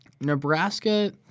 Nebraska